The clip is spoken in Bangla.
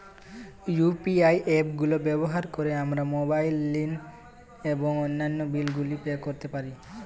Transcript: ইউ.পি.আই অ্যাপ গুলো ব্যবহার করে আমরা মোবাইল নিল এবং অন্যান্য বিল গুলি পে করতে পারি